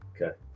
Okay